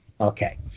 okay